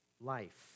life